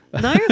No